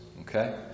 Okay